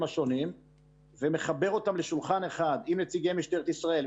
השונים ומחבר אותם לשולחן אחד עם נציגי משטרת ישראל,